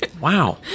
Wow